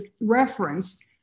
referenced